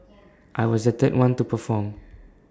I was the third one to perform